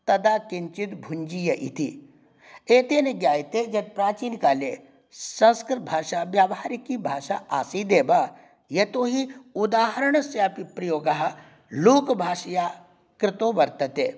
तदा किञ्चिद् भुञ्जीय इति एतेन ज्ञायते यत् प्राचीनकाले संस्कृतभाषा व्यावहारिकिभाषा आसीदेव यतो हि उदाहरणस्यापि प्रयोगः लोकभाषया कृतो वर्तते